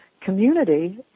community